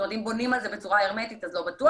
אם בונים על זה בצורה הרמטית לא בטוח